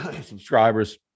subscribers